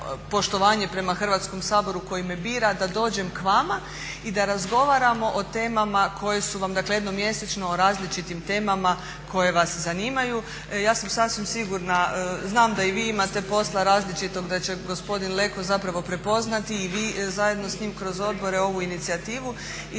Hrvatskom saboru koji me bira da dođem k vama i da razgovaramo o temama koje su vam, dakle jednom mjesečno, o različitim temama koje vas zanimaju. Ja sam sasvim sigurna, znam da i vi imate posla različitog, da će gospodin Leko zapravo prepoznati i vi zajedno s njim kroz odbore ovu inicijativu i da ćemo